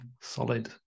solid